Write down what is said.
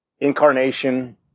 incarnation